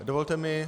Dovolte mi...